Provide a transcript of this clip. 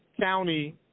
county